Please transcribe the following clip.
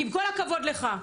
עם כל הכבוד לך.